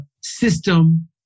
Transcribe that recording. system